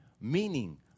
meaning